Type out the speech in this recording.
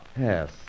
Yes